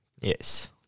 Yes